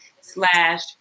slash